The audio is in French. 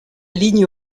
ligne